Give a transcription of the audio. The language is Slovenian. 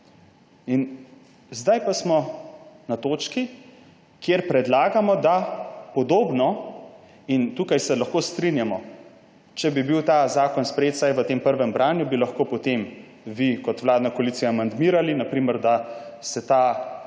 Zdaj pa smo na točki, kjer predlagamo, da podobno – in tukaj se lahko strinjamo, če bi bil ta zakon sprejet vsaj v tem prvem branju, bi lahko potem vi kot vladna koalicija amandmirali na primer, da se ta